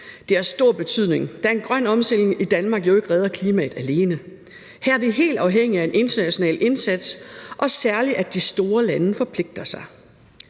Det har stor betydning, da en grøn omstilling i Danmark jo ikke redder klimaet alene. Her er vi helt afhængige af en international indsats, og særlig af, at de store lande forpligter sig.